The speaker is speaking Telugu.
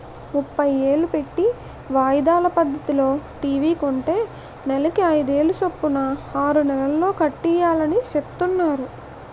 ముప్పై ఏలు పెట్టి వాయిదాల పద్దతిలో టీ.వి కొంటే నెలకి అయిదేలు సొప్పున ఆరు నెలల్లో కట్టియాలని సెప్తున్నారు